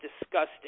disgusting